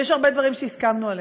יש הרבה דברים שהסכמנו עליהם.